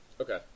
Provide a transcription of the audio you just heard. Okay